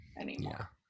anymore